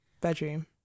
bedroom